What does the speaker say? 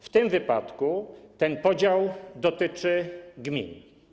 W tym wypadku ten podział dotyczy gmin.